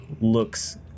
looks